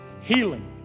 Healing